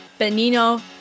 Benino